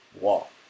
wall